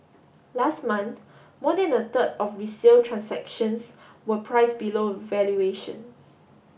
last month more than a third of resale transactions were price below valuation